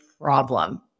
problem